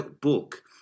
book